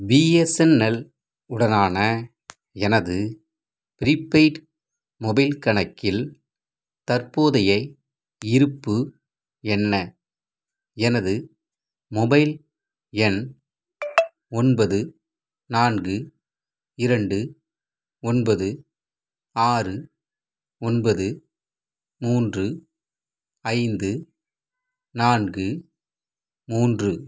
BSNL உடனான எனது prepaid mobile கணக்கில் தற்போதைய இருப்பு என்ன எனது மொபைல் எண் ஒன்பது நான்கு இரண்டு ஒன்பது ஆறு ஒன்பது மூன்று ஐந்து நான்கு மூன்று